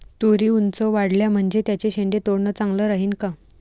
तुरी ऊंच वाढल्या म्हनजे त्याचे शेंडे तोडनं चांगलं राहीन का?